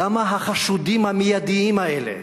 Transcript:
למה את החשודים המיידיים האלה,